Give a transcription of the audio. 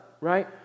right